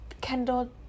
Kendall